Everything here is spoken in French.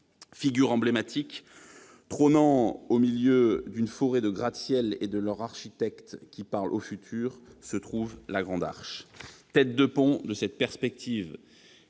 Figure emblématique trônant au milieu d'une forêt de gratte-ciel et de leur architecture qui parle au futur, se trouve la Grande Arche. Tête de pont de cette perspective